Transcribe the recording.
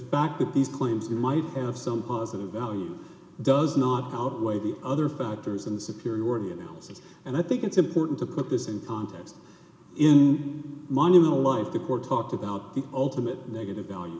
fact that these claims he might have some positive value does not outweigh the other factors and superiority of his and i think it's important to put this in context in monumental life the court talked about the ultimate negative value